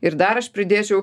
ir dar aš pridėčiau